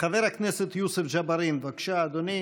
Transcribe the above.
חבר הכנסת יוסף ג'בארין, בבקשה, אדוני,